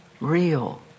real